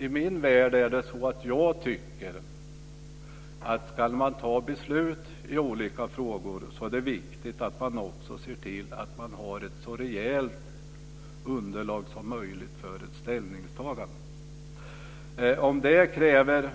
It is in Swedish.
I min värld tycker jag att om man ska fatta beslut i olika frågor är det viktigt att också se till att det finns ett så rejält underlag som möjligt för ett ställningstagande. Om det kräver